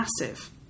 massive